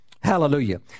Hallelujah